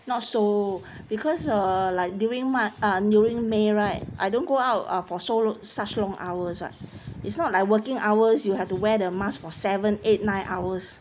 not so because uh like during my ah during may right I don't go out ah for so such long hours right it's not like working hours you have to wear the mask for seven eight nine hours